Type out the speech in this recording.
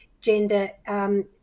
gender